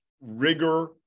rigor